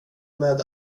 med